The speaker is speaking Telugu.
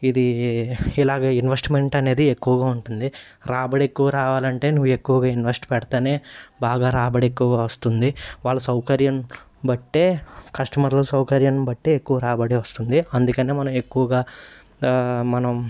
ఇది ఇలాగ ఇన్వెస్ట్మెంట్ అనేది ఎక్కువగా ఉంటుంది రాబడి ఎక్కువ రావాలంటే నువ్వు ఎక్కువగా ఇన్వెస్ట్ పెడతనే బాగా రాబడి ఎక్కువ వస్తుంది వాళ్ళ సౌకర్యం బట్టే కస్టమర్ల సౌకర్యం బట్టి ఎక్కువ రాబడి వస్తుంది అందుకని మనం ఎక్కువగా మనం